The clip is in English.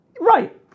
Right